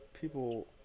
people